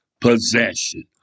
possession